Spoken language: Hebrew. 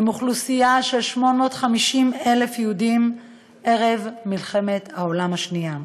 עם אוכלוסייה של 850,000 יהודים ערב מלחמת העולם השנייה.